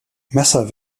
messer